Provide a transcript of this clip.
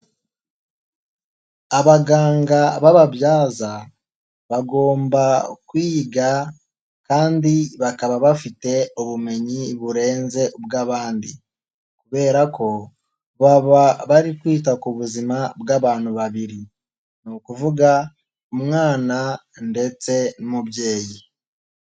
Abaganga b'ababyaza bagomba kwiga kandi bakaba bafite ubumenyi burenze ubw'abandi kubera ko baba bari kwita ku buzima bw'abantu babiri. Ni ukuvuga umwana ndetse n'umubyeyi.